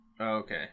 okay